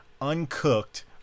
uncooked